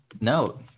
note